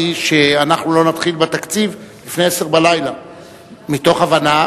שאנחנו לא נתחיל בתקציב לפני 22:00. מתוך הבנה,